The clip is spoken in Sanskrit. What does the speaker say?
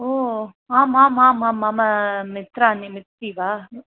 ओ आम् आम् आम् आं मम मित्राणि मित्रि वा